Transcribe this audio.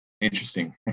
interesting